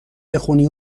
بخونی